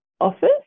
office